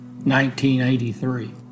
1983